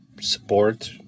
support